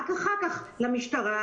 רק אחר כך למשטרה,